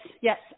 yes